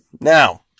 Now